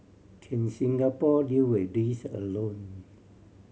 can Singapore deal with this alone